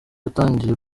yatangiye